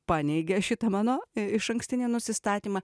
paneigė šitą mano išankstinį nusistatymą